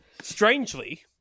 Strangely